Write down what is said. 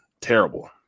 terrible